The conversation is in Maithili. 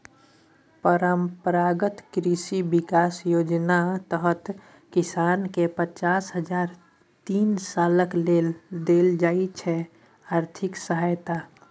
परंपरागत कृषि बिकास योजनाक तहत किसानकेँ पचास हजार तीन सालक लेल देल जाइ छै आर्थिक सहायता